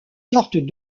sortes